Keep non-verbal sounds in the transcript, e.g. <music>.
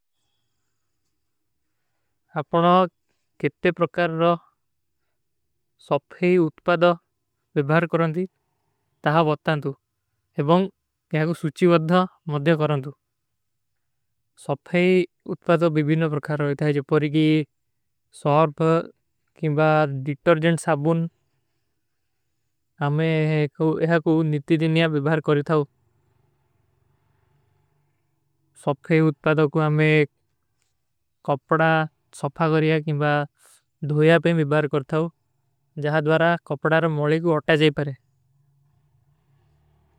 ଆପନା କେଟେ ପ୍ରକାର <hesitation> ସଫୈ ଉତ୍ପାଦା ଵିଭାର କରନତୀ ତହାଂ ବତତାଂତୁ ଏବଂଗ ଯହାଂକୋ ସୁଚୀ ବଦ୍ଧା ମଦ୍ଧା କରନତୁ <hesitation> ସଫୈ ଉତ୍ପାଦା ଵିଭୀନ ପ୍ରକାର ହୈ। ଇତାଯେ ଜବ ପରିକୀ ସୌର୍ପ କୀଂବା ଡିଟରଜେଂଡ ସାବୁନ ହମେଂ ଯହାଂକୋ ନିତି ଦିନ୍ଯା ଵିଭାର କରତା ହୂଁ <hesitation> ସଫୈ ଉତ୍ପାଦା କୋ ହମେଂ କପଡା ସଫା କରିଯା କୀଂବା ଦ୍ଧୋଯା ପେ ଵିଭାର କରତା ହୂଁ ଜହାଂ ଦ୍ଵାରା କପଡାରୋଂ ମୁଲେ କୋ ଉଟ୍ଟା ଜାଈ ପାରେ।